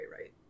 right